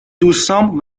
دوستام